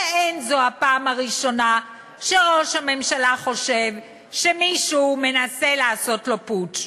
ואין זו הפעם הראשונה שראש הממשלה חושב שמישהו מנסה לעשות לו פוטש.